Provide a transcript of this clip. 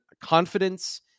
confidence